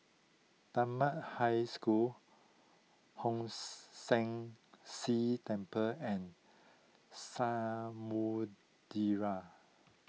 Dunman High School Hong San See Temple and Samudera